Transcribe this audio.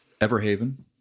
Everhaven